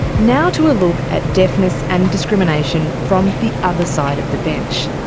now to a look at deafness and discrimination from the other side of the bench.